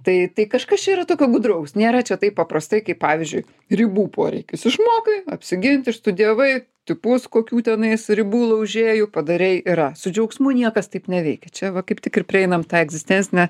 tai tai kažkas čia yra tokio gudraus nėra čia taip paprastai kaip pavyzdžiui ribų poreikis išmokai apsigint išstudijavai tipus kokių tenais ribų laužėjų padarei yra su džiaugsmu niekas taip neveikia čia va kaip tik ir prieinam tą egzistencinę